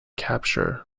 capture